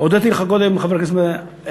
הודיתי לך קודם, חבר הכנסת אראל